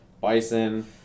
Bison